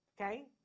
okay